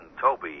Toby